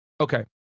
okay